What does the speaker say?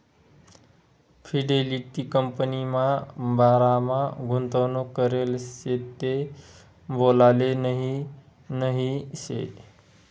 Fidelity कंपनीमा बारामा गुंतवणूक करेल शे ते बोलाले नही नही शे